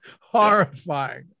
horrifying